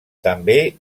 també